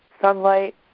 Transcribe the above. sunlight